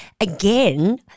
again